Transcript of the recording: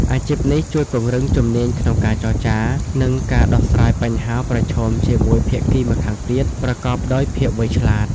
អាជីពនេះជួយពង្រឹងជំនាញក្នុងការចរចា និងការដោះស្រាយបញ្ហាប្រឈមជាមួយភាគីម្ខាងទៀតប្រកបដោយភាពវៃឆ្លាត។